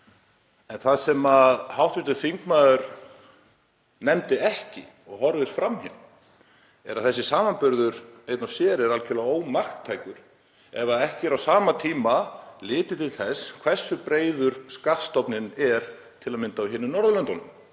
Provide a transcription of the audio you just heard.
en það sem hv. þingmaður nefndi ekki og horfir fram hjá er að þessi samanburður einn og sér er algjörlega ómarktækur ef ekki er á sama tíma litið til þess hversu breiður skattstofninn er til að mynda annars staðar á Norðurlöndum,